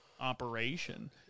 operation